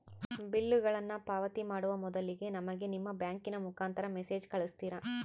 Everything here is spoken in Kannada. ಬಿಲ್ಲುಗಳನ್ನ ಪಾವತಿ ಮಾಡುವ ಮೊದಲಿಗೆ ನಮಗೆ ನಿಮ್ಮ ಬ್ಯಾಂಕಿನ ಮುಖಾಂತರ ಮೆಸೇಜ್ ಕಳಿಸ್ತಿರಾ?